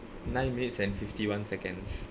nine minutes and fifty one seconds